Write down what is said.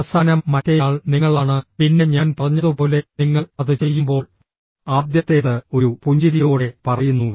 അവസാനം മറ്റേയാൾ നിങ്ങളാണ് പിന്നെ ഞാൻ പറഞ്ഞതുപോലെ നിങ്ങൾ അത് ചെയ്യുമ്പോൾ ആദ്യത്തേത് ഒരു പുഞ്ചിരിയോടെ പറയുന്നു